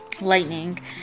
lightning